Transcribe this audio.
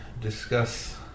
discuss